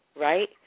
right